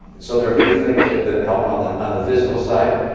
so there are a few things that that help on the on the physical side.